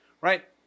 right